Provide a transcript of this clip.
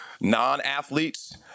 non-athletes